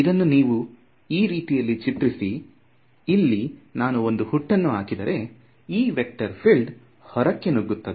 ಇದನ್ನು ನೀವು ಈ ರೀತಿಯಲ್ಲಿ ಚಿತ್ರಿಸಿ ಇಲ್ಲಿ ನಾನು ಒಂದು ಹುಟ್ಟನ್ನು ಹಾಕಿದರೆ ಈ ವೇಕ್ಟರ್ ಫೀಲ್ಡ್ ಹೊರಕ್ಕೆ ನುಗ್ಗುತ್ತದೆ